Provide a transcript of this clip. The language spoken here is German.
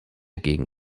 gegen